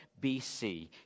BC